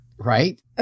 Right